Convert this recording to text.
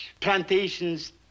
plantations